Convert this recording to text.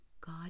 God